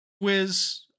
quiz